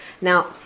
Now